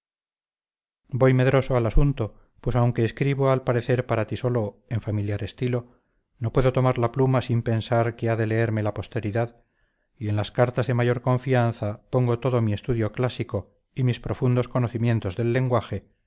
al asunto pues aunque escribo al parecer para ti solo en familiar estilo no puedo tomar la pluma sin pensar que ha de leerme la posteridad y en las cartas de mayor confianza pongo todo mi estudio clásico y mis profundos conocimientos del lenguaje